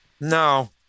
No